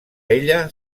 ella